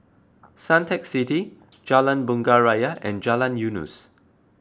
Suntec City Jalan Bunga Raya and Jalan Eunos